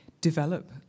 develop